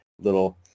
little